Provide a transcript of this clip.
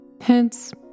hence